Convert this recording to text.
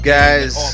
guys